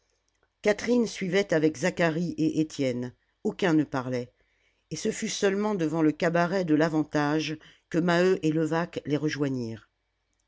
catherine suivait avec zacharie et étienne aucun ne parlait et ce fut seulement devant le cabaret de l'avantage que maheu et levaque les rejoignirent